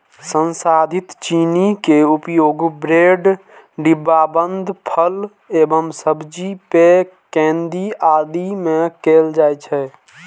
संसाधित चीनी के उपयोग ब्रेड, डिब्बाबंद फल एवं सब्जी, पेय, केंडी आदि मे कैल जाइ छै